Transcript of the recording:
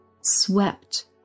swept